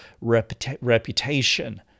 reputation